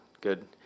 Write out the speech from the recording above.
good